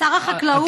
שר החקלאות.